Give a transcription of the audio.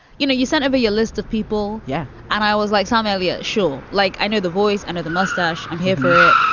you know, you sent over your list of people. yeah. and i always like somalia. sure. like, i know the voice and or the mustache. i'm here for it.